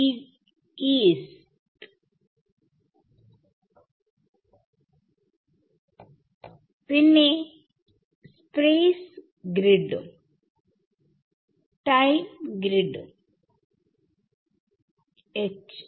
Es പിന്നെ space ഗ്രിഡ്ലെയും time ഗ്രിഡ്ലെയും H